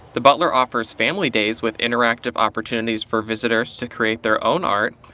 the butler offers family days with interactive opportunities for visitors to create their own art,